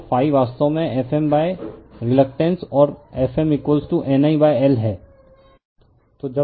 तो वास्तव में Fm रीलकटेन्स और Fm N I l है